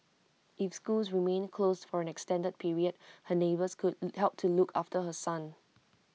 if schools remain closed for an extended period her neighbour could help to look after her son